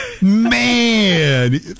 Man